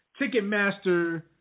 Ticketmaster